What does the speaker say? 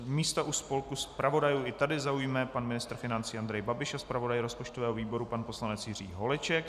Místo u stolku zpravodajů i tady zaujme pan ministr financí Andrej Babiš a zpravodaj rozpočtového výboru pan poslanec Jiří Holeček.